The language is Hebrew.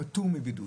הוא פטור מבידוד.